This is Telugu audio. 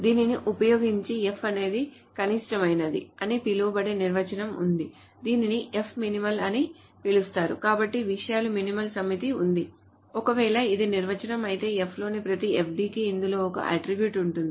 దీనిని ఉపయోగించి F అనేది కనిష్టమైనది అని పిలువబడే నిర్వచనం ఉంది దీనిని F మినిమల్ అని పిలుస్తారు కాబట్టి విషయాల మినిమల్ సమితి ఉంది ఒకవేళ ఇది నిర్వచనం అయితే F లోని ప్రతి FD కి ఇందులో ఒకే అట్ట్రిబ్యూట్ ఉంటుంది